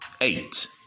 eight